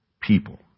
people